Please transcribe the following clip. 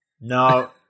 No